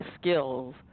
skills